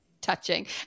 touching